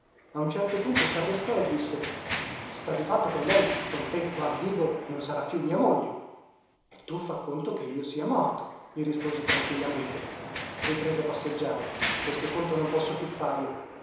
a un certo punto sarrestò e disse sta di fatto che lei con te qua vivo non sarà più mia moglie e tu fa conto che io sia morto gli risposi tranquillamente riprese a passeggiare questo conto non posso più farlo